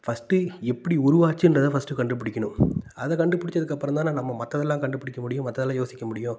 first எப்படி உருவாச்சின்றத first கண்டுபிடிக்கணும் அதை கண்டுபிடிச்சதுக்கு அப்புறம் தானே நம்ம மற்றதெல்லாம் கண்டுபிடிக்க முடியும் மற்றதெல்லாம் யோசிக்க முடியும்